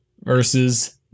versus